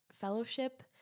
fellowship